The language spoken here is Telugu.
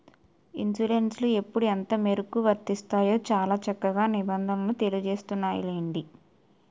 ఇన్సురెన్సులు ఎప్పుడు ఎంతమేరకు వర్తిస్తాయో చాలా చక్కగా నిబంధనలు తెలియజేస్తున్నాయిలెండి